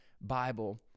Bible